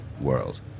world